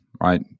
right